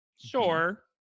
Sure